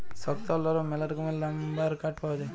শক্ত আর লরম ম্যালা রকমের লাম্বার কাঠ পাউয়া যায়